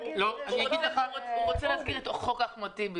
בסוף הוא אנשים שיוצאים לחו"ל,